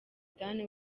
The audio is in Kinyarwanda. danny